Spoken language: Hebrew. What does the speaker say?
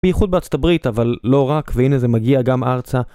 בייחוד בארצת הברית, אבל לא רק, והנה זה מגיע גם ארצה.